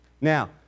Now